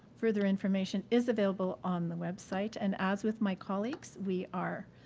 further information is available on the website, and as with my colleagues, we are.